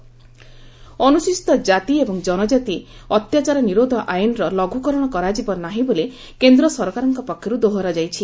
LS SC ST ଅନୁସ୍ଚିତ କାତି ଏବଂ ଜନଜାତି ଅତ୍ୟାଚାର ନିରୋଧ ଆଇନ୍ର ଲଘୁକରଣ କରାଯିବ ନାହିଁ ବୋଲି କେନ୍ଦ୍ର ସରକାରଙ୍କ ପକ୍ଷରୁ ଦୋହରାଯାଇଛି